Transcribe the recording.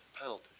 penalty